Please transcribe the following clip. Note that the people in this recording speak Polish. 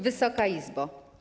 Wysoka Izbo!